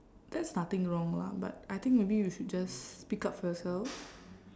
that's nothing wrong lah but I think maybe you should just speak up for yourself